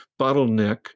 Bottleneck